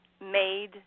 made